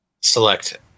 select